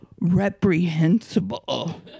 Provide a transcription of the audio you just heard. reprehensible